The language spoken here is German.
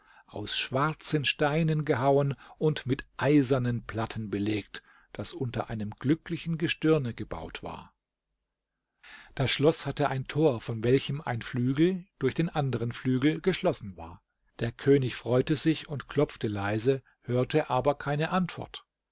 aus schwarzen steinen gehauen und mit eisernen platten belegt das unter einem glücklichen gestirne gebaut war das schloß hatte ein tor von welchem ein flügel durch den anderen flügel geschlossen war der könig freute sich und klopfte leise hörte aber keine antwort